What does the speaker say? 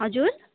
हजुर